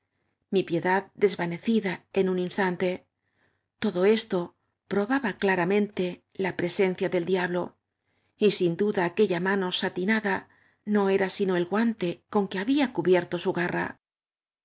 mi piedad desvanecida en un instante todo esto probaba claramente la presenda del diablo y sin duda aquella mano sati nada no era sino el guante conque había cubier to su garra